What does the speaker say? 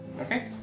Okay